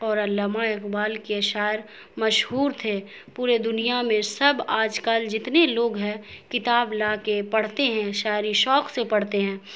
اور علامہ اقبال کے شاعر مشہور تھے پورے دنیا میں سب آج کل جتنے لوگ ہے کتاب لا کے پڑھتے ہیں شاعری شوق سے پڑھتے ہیں